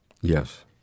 Yes